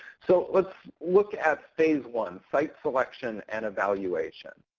so let's look at phase one, site selection and evaluation.